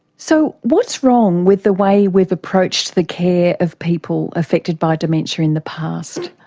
so what's wrong with the way we've approached the care of people affected by dementia in the past?